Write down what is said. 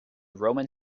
roman